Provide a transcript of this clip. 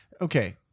Okay